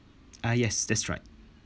uh yes that's right